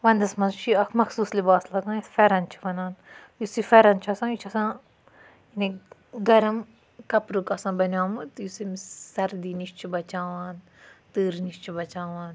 وَنٛدَس مَنٛز چھُ یہِ اَکھ مَخصوٗص لِباس لاگان یَتھ پھیٚرَن چھِ وَنان یُس یہِ پھیٚرَن چھُ آسان یہِ چھُ آسان یعنے گَرَم کَپرُک آسان بَنیٚومُت یُس ییٚمِس سَردی نِش چھُ بَچاوان تۭرِ نِش چھُ بَچاوان